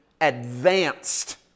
advanced